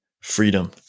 freedom